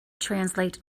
translate